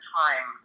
time